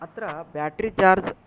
अत्र battery charge